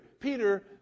peter